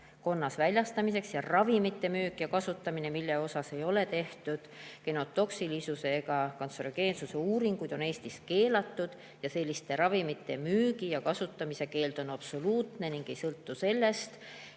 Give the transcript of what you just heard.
väljastamiseks. Ravimite müük ja kasutamine, mille osas ei ole tehtud genotoksilisuse ega kartsinogeensuse uuringuid, on Eestis keelatud. Selliste ravimite müügi ja kasutamise keeld on absoluutne ning ei sõltu sellest,